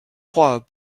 froid